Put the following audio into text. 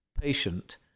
patient